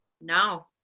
No